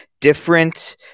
different